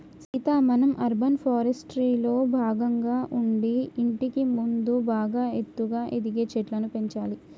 సీత మనం అర్బన్ ఫారెస్ట్రీలో భాగంగా ఉండి ఇంటికి ముందు బాగా ఎత్తుగా ఎదిగే చెట్లను పెంచాలి